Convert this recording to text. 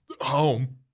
home